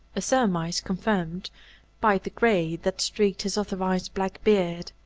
a surmise confirmed by the gray that streaked his otherwise black beard.